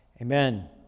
Amen